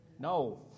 No